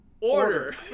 order